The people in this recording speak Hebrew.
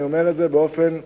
ואני אומר את זה באופן מפורש.